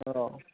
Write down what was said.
आव